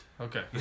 Okay